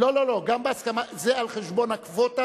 יש הסכמת ממשלה.